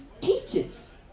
teaches